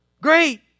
Great